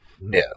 No